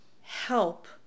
help